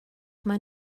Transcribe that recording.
maen